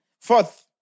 Fourth